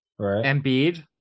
Embiid